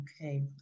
okay